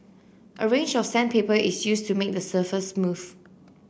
a range of sandpaper is used to make the surface smooth